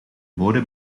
mode